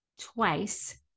twice